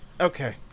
Okay